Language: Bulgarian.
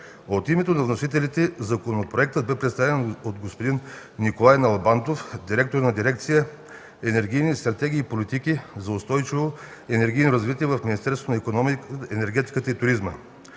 От името на вносителите законопроектът бе представен от господин Николай Налбантов – директор на дирекция „Енергийни стратегии и политики за устойчиво енергийно развитие” в Министерството на икономиката, енергетиката и туризма.